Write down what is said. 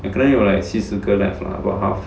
可能有 like 七十个 left lah about half